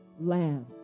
lamb